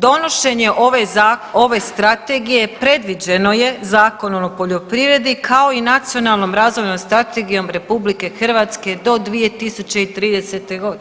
Donošenje ove strategije predviđeno je Zakonom o poljoprivredi kao i Nacionalnom razvojnom strategijom RH do 2030.g.